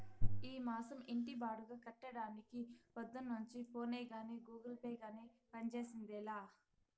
ఈ మాసం ఇంటి బాడుగ కట్టడానికి పొద్దున్నుంచి ఫోనే గానీ, గూగుల్ పే గానీ పంజేసిందేలా